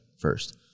first